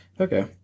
okay